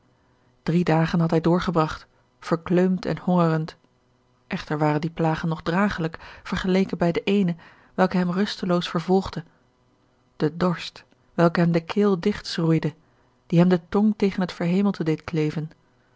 drie dagen had hij doorgebragt verkleumd en hongerend echter waren die plagen nog dragelijk vergeleken bij de eene welke hem rusteloos vervolgde de dorst welke hem de keel digtschroeide die hem de tong tegen het verhemelte deed kleven